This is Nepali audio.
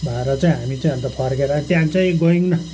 भएर चाहिँ हामी चाहिँ अन्त फर्केर त्यहाँदेखि चाहिँ गयौँ न